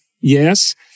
Yes